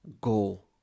goal